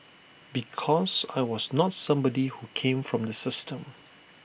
because I was not somebody who came from the system